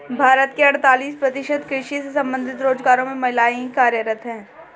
भारत के अड़तालीस प्रतिशत कृषि से संबंधित रोजगारों में महिलाएं ही कार्यरत हैं